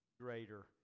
greater